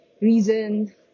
reason